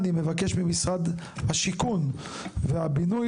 אני מבקש ממשרד השיכון והבינוי,